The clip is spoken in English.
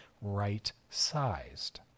right-sized